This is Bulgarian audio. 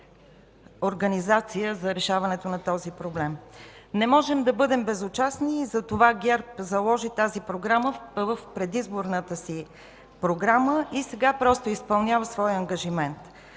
за решаването на този проблем. Не можем да бъдем безучастни и затова ГЕРБ заложи тази програма в предизборната си програма и сега просто изпълнява своя ангажимент.